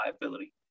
liability